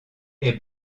est